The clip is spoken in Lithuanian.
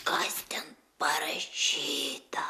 kas ten parašyta